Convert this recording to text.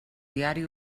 diari